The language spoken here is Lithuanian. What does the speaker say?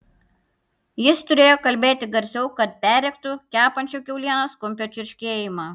jis turėjo kalbėti garsiau kad perrėktų kepančio kiaulienos kumpio čirškėjimą